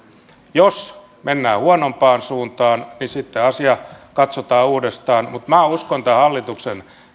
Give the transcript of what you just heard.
jos mennään huonompaan suuntaan niin sitten asia katsotaan uudestaan mutta minä uskon tämän hallituksen